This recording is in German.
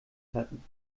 hatten